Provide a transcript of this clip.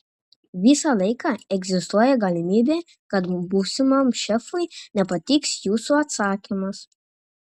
visą laiką egzistuoja galimybė kad būsimam šefui nepatiks jūsų atsakymas